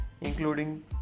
including